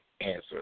answer